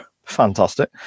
Fantastic